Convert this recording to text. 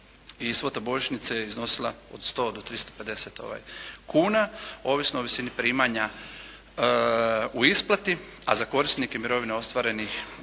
svota božićnice je iznosila od 100 do 350 kuna ovisno o visini primanja u isplati, a za korisnike mirovine ostvarenih